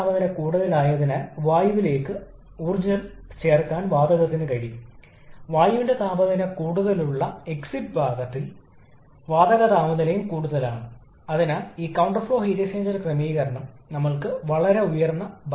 അതിനാൽ ഇത് നമ്മളുടെ പക്കലുണ്ട് ടി 2 സെ 556 കെ അതിനാൽ കംപ്രഷൻ പ്രക്രിയ ഐസെൻട്രോപിക് ആയിരുന്നെങ്കിൽ ഇത് ഒരു താപനിലയാകുമായിരുന്നു കംപ്രഷന്റെ അവസാനം